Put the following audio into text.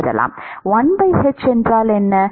1 h என்றால் என்ன